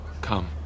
come